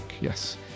Yes